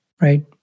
right